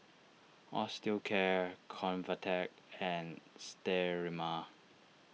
Osteocare Convatec and Sterimar